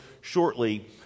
shortly